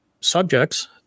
subjects